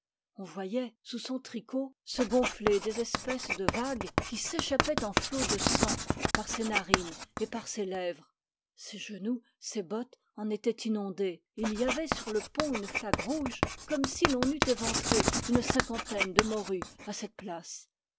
on voyait sous son tricot se gonfler des espèces de vagues qui s'échappaient en flots de sang par ses narines et par ses lèvres ses genoux ses bottes en étaient inondés et il y avait sur le pont une flaque rouge comme si l'on eût éventré une cinquantaine de morues à cette place